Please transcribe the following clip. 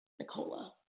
Nicola